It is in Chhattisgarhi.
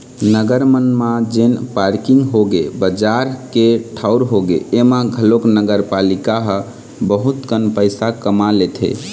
नगर मन म जेन पारकिंग होगे, बजार के ठऊर होगे, ऐमा घलोक नगरपालिका ह बहुत कन पइसा कमा लेथे